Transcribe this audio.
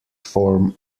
form